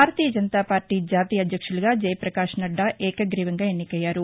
భారతీయ జనతాపార్టీ జాతీయ అధ్యక్షులుగా జయప్రకాష్ నడ్డా ఏకగ్గీవంగా ఎన్నికయ్యారు